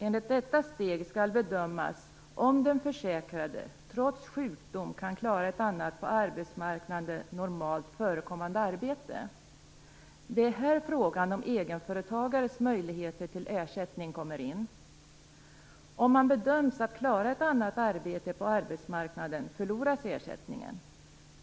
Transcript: Enligt detta steg skall det bedömas om den försäkrade trots sjukdom kan klara ett annat på arbetsmarknaden normalt förekommande arbete. Det är här frågan om egenföretagares möjligheter till ersättning kommer in. Om det bedöms att man kan klara ett annat arbete på arbetsmarknaden, går ersättningen förlorad.